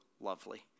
lovely